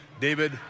David